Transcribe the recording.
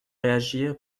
réagir